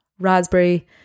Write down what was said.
raspberry